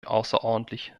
außerordentlich